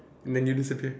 then you disappear